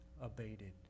abated